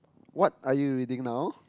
what are you reading now